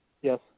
Yes